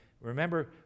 Remember